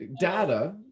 Data